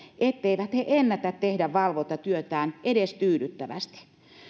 etteivät he ennätä tehdä valvontatyötään edes tyydyttävästi